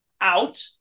out